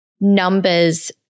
numbers